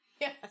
Yes